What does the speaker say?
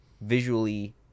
visually